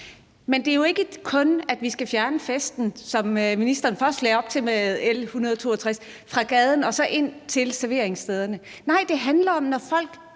Men det drejer sig jo ikke kun om, at vi skal fjerne festen, som ministeren først lagde op til med L 162, fra gaden og ind på serveringsstederne; nej, det handler om, at når folk